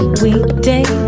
weekday